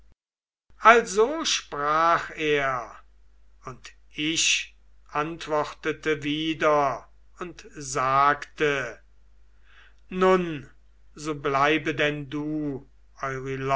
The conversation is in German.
also sprach er und ich antwortete wieder und sagte peleus sohn o achilleus du